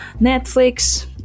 netflix